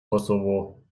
kosovo